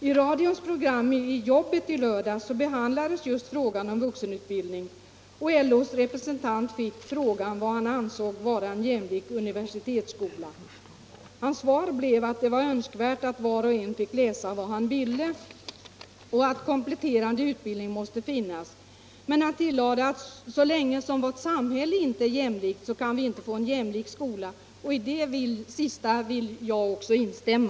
I radions program ”Jobbet” häromdagen behandlades just frågan om vuxenutbildningen, och LO:s representant fick frågan vad han ansåg vara en jämlik universitetsskola. Hans svar blev att det var önskvärt att var och en fick läsa vad han ville, och att kompletterande utbildning måste finnas. Men han tillade att så länge vårt samhälle inte är jämlikt kan vi inte heller få en jämlik skola, och i det sista vill jag också instämma.